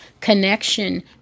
connection